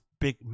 big